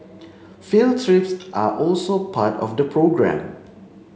field trips are also part of the programme